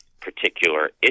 particular